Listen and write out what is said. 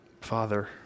Father